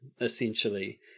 essentially